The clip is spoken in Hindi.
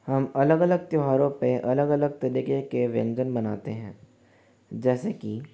हम अलग अलग त्यौहार पर अलग अलग तरीक़े के व्यंजन बनाते हैं जैसे कि